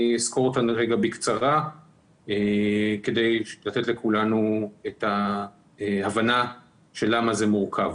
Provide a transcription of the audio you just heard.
אסקור אותן בקצרה כדי לתת לכולנו את ההבנה למה זה מורכב.